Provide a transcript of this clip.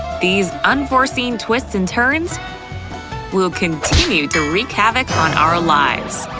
these unforeseen twists and turns will continue to read havoc on our lives.